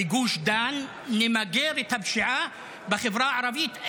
בגוש דן, נמגר את הפשיעה בחברה הערבית.